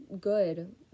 good